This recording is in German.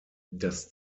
das